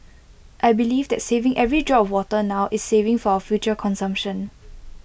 I believe that saving every drop of water now is saving for our future consumption